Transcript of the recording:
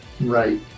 right